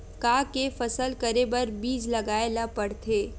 का के फसल करे बर बीज लगाए ला पड़थे?